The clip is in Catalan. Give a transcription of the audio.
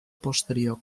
posterior